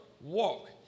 walk